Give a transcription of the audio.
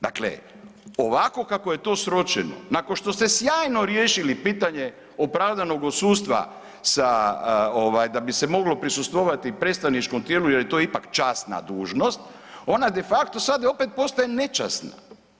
Dakle, ovako kako je tu sročeno nakon što ste sjajno riješili pitanje opravdanog odsustva da bi se moglo prisustvovati predstavničkom tijelu jer je to ipak časna dužnost ona de facto sada opet postaje nečasna.